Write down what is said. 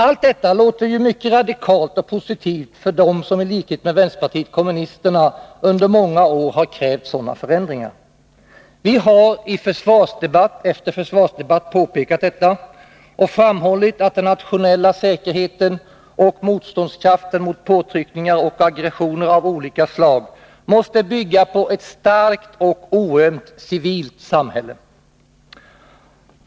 Allt detta låter ju mycket radikalt och positivt för dem som i likhet med vänsterpartiet kommunisterna under många år har krävt sådana förändringar. Vi har i försvarsdebatt efter försvarsdebatt påpekat detta och framhållit att den nationella säkerheten och motståndskraften mot påtryckningar och aggressioner av olika slag måste bygga på ett starkt och oömt civilt samhälle.